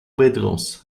bedrooms